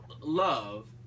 love